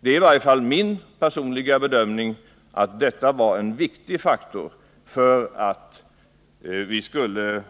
Det är i varje fall min personliga bedömning att konfliktens omfattning var en viktig faktor för att vi skulle